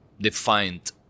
defined